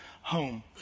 home